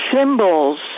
symbols